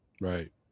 Right